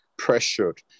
pressured